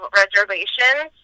reservations